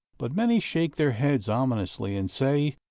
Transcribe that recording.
but many shake their heads ominously and say,